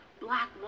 black